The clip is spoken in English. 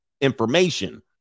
information